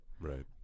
right